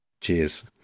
Cheers